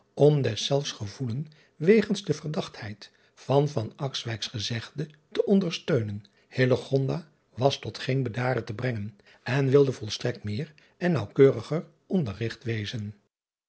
om deszelfs gevoelen wegens de verdachtheid van gezegde te ondersteunen was tot geen bedaren te brengen en wilde volstrekt meer en naauwkeuriger onderrigt wezen